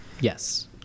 Yes